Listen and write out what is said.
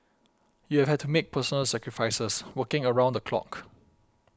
you have had to make personal sacrifices working around the clock